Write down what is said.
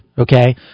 okay